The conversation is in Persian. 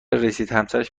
رسیدهمسرش